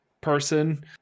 person